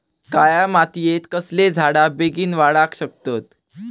काळ्या मातयेत कसले झाडा बेगीन वाडाक शकतत?